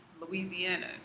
Louisiana